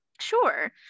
Sure